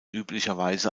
üblicherweise